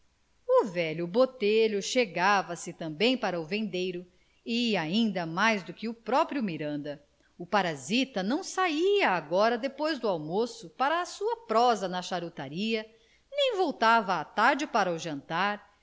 o velho botelho chegava-se também para o vendeiro e ainda mais do que o próprio miranda o parasita não saia agora depois do almoço para a sua prosa na charutaria nem voltava à tarde para o jantar